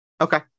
Okay